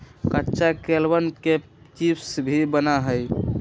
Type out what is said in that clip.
कच्चा केलवन के चिप्स भी बना हई